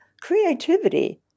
creativity